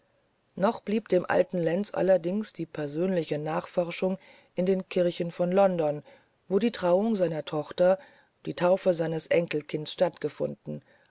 noch blieb dem alten lenz allerdings die persönliche nachforschung in den kirchen von london wo die trauung seiner tochter die taufe seines enkels stattgefunden